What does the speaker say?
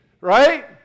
right